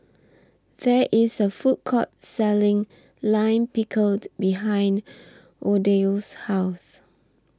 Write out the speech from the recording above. There IS A Food Court Selling Lime Pickled behind Odile's House